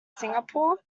singapore